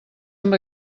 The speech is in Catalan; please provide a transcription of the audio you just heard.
amb